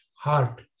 heart